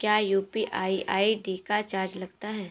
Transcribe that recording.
क्या UPI ID का charge लगता है?